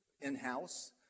in-house